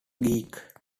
geek